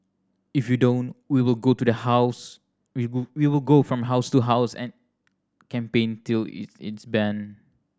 if you don't we will go to the house we will we will go from house to house and campaign till it is banned